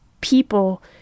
people